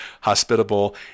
hospitable